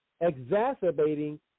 exacerbating